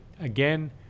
Again